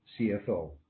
CFO